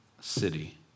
city